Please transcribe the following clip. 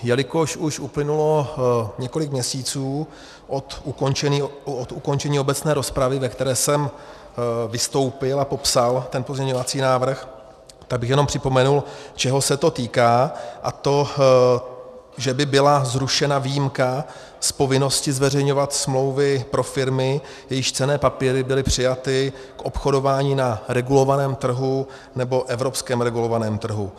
Jelikož už uplynulo několik měsíců od ukončení obecné rozpravy, ve které jsem vystoupil a popsal ten pozměňovací návrh, tak bych jenom připomenul, čeho se to týká, a to, že by byla zrušena výjimka z povinnosti zveřejňovat smlouvy pro firmy, jejichž cenné papíry byly přijaty k obchodování na regulovaném trhu nebo evropském regulovaném trhu.